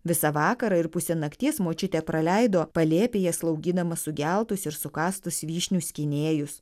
visą vakarą ir pusę nakties močiutė praleido palėpėje slaugydama sugeltus ir sukąstus vyšnių skynėjus